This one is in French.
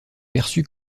perçu